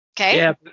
Okay